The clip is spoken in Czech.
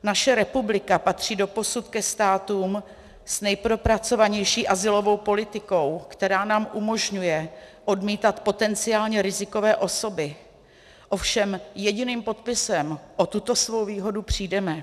Naše republika patří doposud ke státům s nejpropracovanější azylovou politikou, která nám umožňuje odmítat potenciálně rizikové osoby, ovšem jediným podpisem o tuto svou výhodu přijdeme.